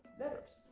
letras.